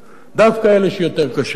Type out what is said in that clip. דווקא אלה שיותר קשה להם,